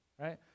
right